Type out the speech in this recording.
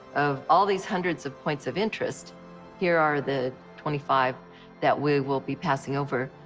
of all these hundreds of points of interests here are the twenty five that we will be passing over,